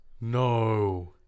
No